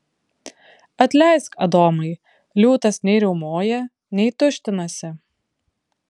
atleisk adomai liūtas nei riaumoja nei tuštinasi